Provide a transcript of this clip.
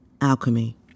alchemy